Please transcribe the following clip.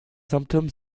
symptômes